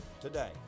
today